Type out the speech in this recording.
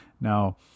now